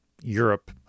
Europe